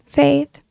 faith